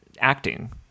acting